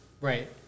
right